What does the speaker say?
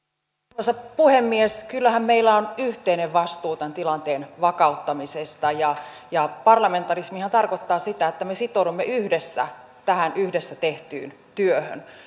arvoisa puhemies kyllähän meillä on yhteinen vastuu tämän tilanteen vakauttamisesta ja ja parlamentarismihan tarkoittaa sitä että me sitoudumme yhdessä tähän yhdessä tehtyyn työhön